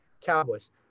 Cowboys